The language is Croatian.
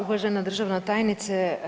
Uvažena državna tajnice.